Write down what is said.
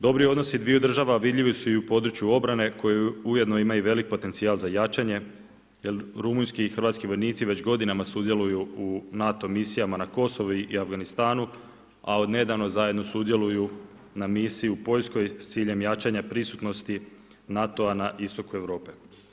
Dobri odnosi dviju država vidljivi su i u području obrane, koje ujedno imaju i veliki potencijal za jačanje, jer rumunjski i hrvatski vojnici, već godinama sudjeluju u NATO misijama na Kosovu i Afganistanu, a od nedavno zajedno sudjeluju na misiji u Poljskoj s ciljem jačanja prisutnosti NATO-a na istoku Europe.